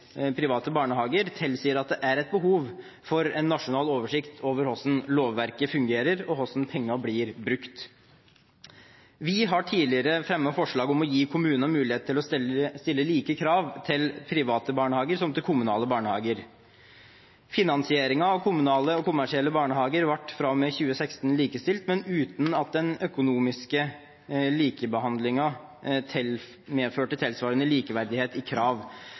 private barnehager, tilsier at det er et behov for en nasjonal oversikt over hvordan lovverket fungerer, og hvordan pengene blir brukt. Vi har tidligere fremmet forslag om å gi kommunene mulighet til å stille like krav til private barnehager som til kommunale barnehager. Finansieringen av kommunale og kommersielle barnehager ble fra og med 2016 likestilt, men uten at den økonomiske likebehandlingen medførte tilsvarende likeverdighet i krav.